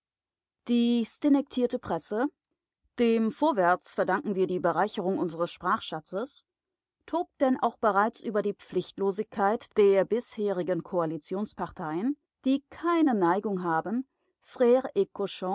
die stinnektierte presse dem vorwärts verdanken wir diese bereicherung unseres sprachschatzes tobt denn auch bereits über die pflichtlosigkeit der bisherigen koalitionsparteien die keine neigung haben